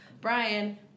Brian